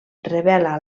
revela